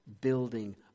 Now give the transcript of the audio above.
building